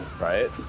Right